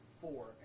Four